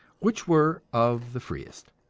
which were of the freest.